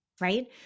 Right